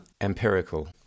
empirical